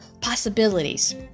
possibilities